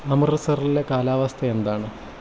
അമൃത്സറിലെ കാലാവസ്ഥ എന്താണ്